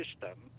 system